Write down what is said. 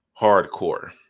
Hardcore